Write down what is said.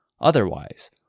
otherwise